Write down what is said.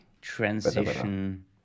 transition